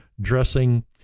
dressing